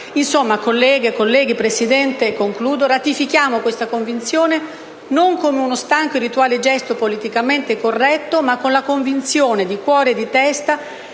Insomma, colleghe, colleghi, Presidente, ratifichiamo questa Convenzione non come uno stanco e rituale gesto politicamente corretto, ma con la convinzione, di cuore e di testa,